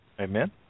Amen